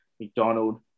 McDonald